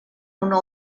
una